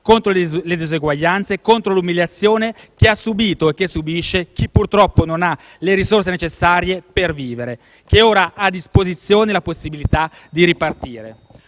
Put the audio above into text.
contro le diseguaglianze, contro l'umiliazione che ha subito e subisce chi purtroppo non ha le risorse necessarie per vivere e ora ha a disposizione la possibilità di ripartire.